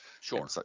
Sure